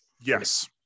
Yes